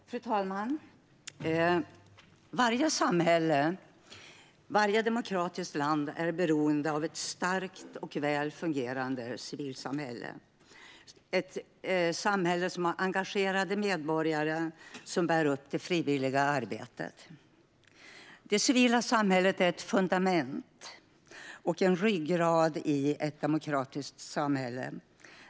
Fru talman! Varje samhälle och varje demokratiskt land är beroende av ett starkt och väl fungerande civilsamhälle med engagerade medborgare som bär upp det frivilliga arbetet. Det civila samhället är ett fundament och en ryggrad i ett demokratiskt samhälle.